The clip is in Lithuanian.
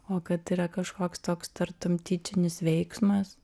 o kad yra kažkoks toks tartum tyčinis veiksmas